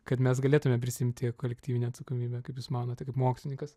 kad mes galėtume prisiimti kolektyvinę atsakomybę kaip jūs manote kaip mokslininkas